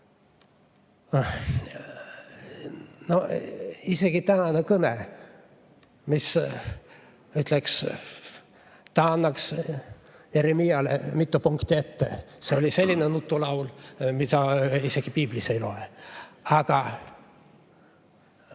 No isegi tänane kõne, mis, ütleks nii, et ta annaks Jeremijale mitu punkti ette. See oli selline nutulaul, mida isegi piiblist ei loe. Kõik